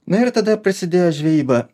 na ir tada prasidėjo žvejyba